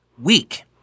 week